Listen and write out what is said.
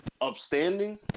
Upstanding